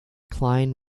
klein